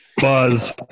Buzz